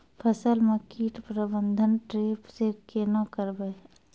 फसल म कीट प्रबंधन ट्रेप से केना करबै?